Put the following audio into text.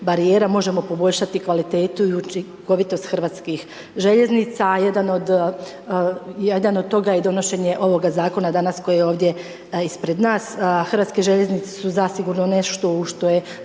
možemo poboljšati kvalitetu i učinkovitost hrvatskih željeznica. A jedan od toga je donošenje ovoga zakona, danas, koji je ovdje ispred nas. Hrvatske željeznice su zasigurno nešto u što je